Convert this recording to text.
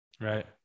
Right